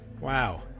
Wow